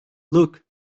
look